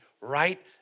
right